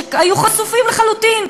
שהיו חשופים לחלוטין.